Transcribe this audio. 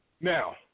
Now